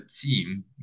team